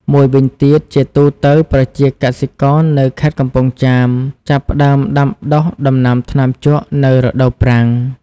មួយវិញទៀត ជាទូទៅ ប្រជាកសិករនៅខេត្តកំពង់ចាមចាប់ផ្ដើមដាំដុះដំណាំថ្នាំជក់នៅ រដូវប្រាំង។